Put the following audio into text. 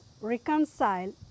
reconcile